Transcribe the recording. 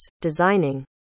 designing